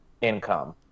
income